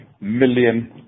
million